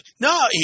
no